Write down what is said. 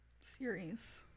Series